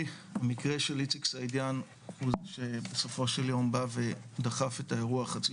המקרה של איציק סעידיאן שבסופו של יום בא ודחף את האירוע חצי